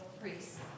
priests